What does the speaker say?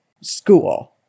school